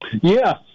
Yes